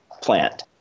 plant